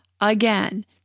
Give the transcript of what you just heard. again